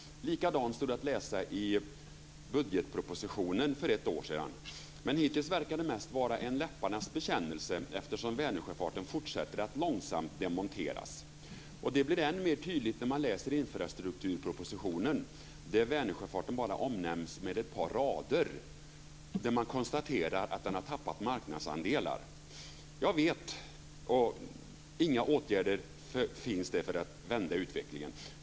Likadant stod det att läsa i budgetpropositionen för ett år sedan. Men hittills verkar det mest vara en läpparnas bekännelse, eftersom Vänersjöfarten fortsätter att långsamt demonteras. Det blir än mer tydligt när man läser i infrastrukturpropositionen, där Vänersjöfarten bara omnämns med ett par rader. Där konstaterar man att den har tappat marknadsandelar, och inga åtgärder vidtas för att vända utvecklingen.